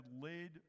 laid